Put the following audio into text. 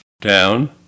down